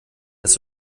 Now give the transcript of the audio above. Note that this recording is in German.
das